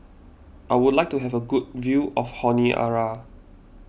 I would like to have a good view of Honiara